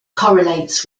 correlates